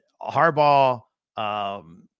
Harbaugh –